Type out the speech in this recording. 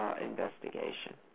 investigation